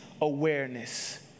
awareness